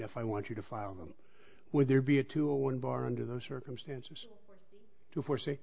if i want you to file them with there be a two one bar under those circumstances to foresee